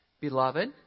Beloved